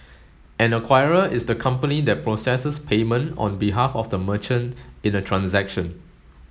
an acquirer is the company that processes payment on behalf of the merchant in a transaction